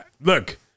look